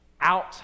out